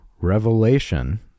revelation